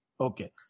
Okay